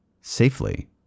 Safely